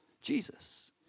Jesus